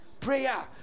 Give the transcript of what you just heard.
Prayer